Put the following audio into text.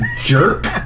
Jerk